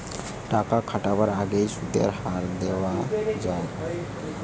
টাকা খাটাবার আগেই সুদের হার দেখা যায়